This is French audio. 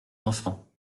l’enfant